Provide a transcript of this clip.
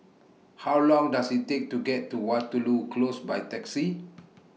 How Long Does IT Take to get to Waterloo Close By Taxi